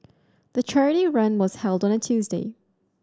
the charity run was held on a Tuesday